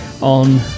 on